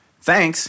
Thanks